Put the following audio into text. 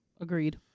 Agreed